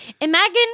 Imagine